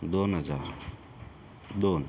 दोन हजार दोन